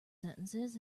sentences